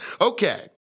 Okay